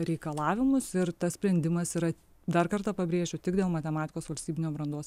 reikalavimus ir tas sprendimas yra dar kartą pabrėšiu tik dėl matematikos valstybinio brandos